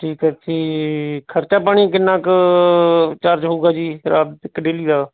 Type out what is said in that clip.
ਠੀਕ ਹੈ ਅਤੇ ਖ਼ਰਚਾ ਪਾਣੀ ਕਿੰਨਾਂ ਕੁ ਚਾਰਜ ਹੋਊਗਾ ਜੀ ਫਿਰ ਆਹ ਡੇਲੀ ਦਾ